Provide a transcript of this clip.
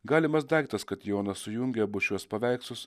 galimas daiktas kad jonas sujungia abu šiuos paveikslus